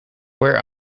where